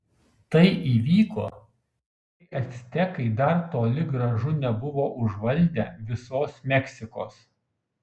tai įvyko kai actekai dar toli gražu nebuvo užvaldę visos meksikos